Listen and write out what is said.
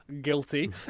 Guilty